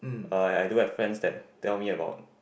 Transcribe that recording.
I I do have friends that tell me about